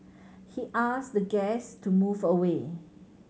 he asked guest to move away